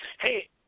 Hey